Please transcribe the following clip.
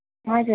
हजुर